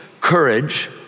courage